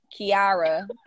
Kiara